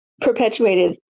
perpetuated